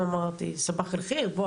אני נולדתי וגדלתי בחיפה.